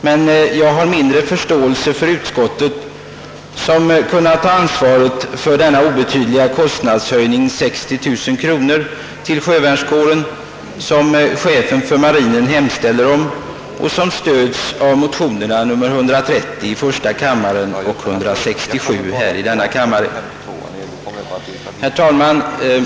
Men jag har mindre förståelse för utskottet, som inte kunnat ta ansvaret för den obetydliga kostnadshöjning på 60 000 kronor till sjövärnskåren, som chefen för marinen har hemställt om och vilken begäran stöds av motionerna I: 130 och II: 167. Herr talman!